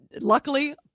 Luckily